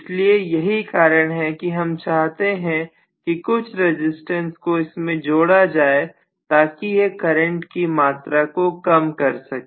इसीलिए यही कारण है कि हम चाहते हैं कि कुछ रजिस्टेंस को इसमें जोड़ा जाए ताकि यह करंट की मात्रा को कम कर सके